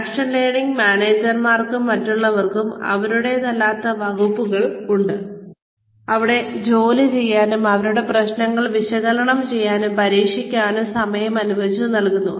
action learning മാനേജർമാർക്കും മറ്റുള്ളവർക്കും അവരുടേതല്ലാത്ത വകുപ്പുകളിൽ ജോലി ചെയ്യാനും അവരുടെ പ്രശ്നങ്ങൾ വിശകലനം ചെയ്യാനും പരിഹരിക്കാനും സമയം അനുവദിച്ചു നൽകുന്നു